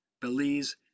Belize